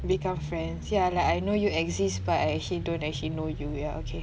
become friends yeah like I know you exist but I actually don't actually know you yeah okay